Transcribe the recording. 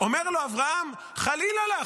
אומר לו אברהם: "חללה לך,